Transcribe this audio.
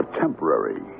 temporary